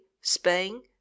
Spain